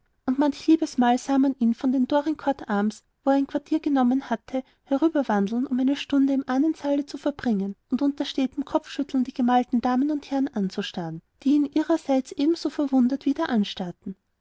und manch liebes mal sah man ihn von den dorincourts arms wo er quartier genommen hatte herüberwandeln um eine stunde im ahnensaale zu verbringen und unter stetem kopfschütteln die gemalten damen und herren anzustarren die ihn ihrerseits ebenso verwundert wieder anstarrten